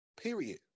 period